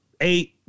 eight